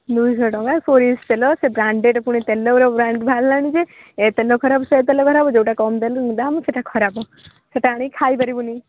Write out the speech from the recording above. ଦୁଇ ଶହ ଟଙ୍କା ସୋରିଷ ତେଲ ସେ ବ୍ରାଣ୍ଡେଡ଼୍ ତେଲର ବ୍ରାଣ୍ଡ ବାହାରିଲାଣି ଯେ ଏ ତେଲ ଖରାପ ସେ ତେଲ ଖରାପ ଯେଉଁଟା କମ୍ ଦେଲୁ ଦାମ୍ ସେଟା ଖରାପ ସେଟା ଆଣିକି ଖାଇପାରିବୁନି